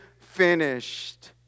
finished